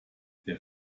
der